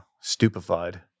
stupefied